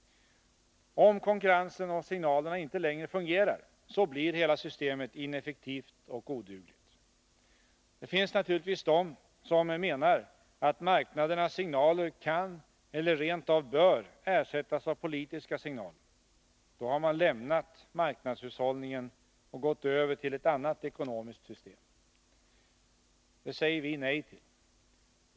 Om konkurrensen och signalerna inte längre fungerar blir hela systemet ineffektivt och odugligt. Det finns naturligtvis de som menar att marknadernas signaler kan eller rent av bör ersättas av politiska signaler. Då har man lämnat marknadshushållningen och gått över till ett annat ekonomiskt system. Det säger vi nej till.